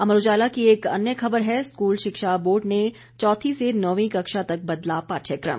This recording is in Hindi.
अमर उजाला की एक अन्य खबर है स्कूल शिक्षा बोर्ड ने चौथी से नौंवीं कक्षा तक बदला पाठयक्रम